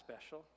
special